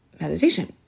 meditation